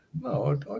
no